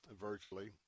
virtually